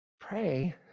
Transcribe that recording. Pray